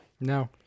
No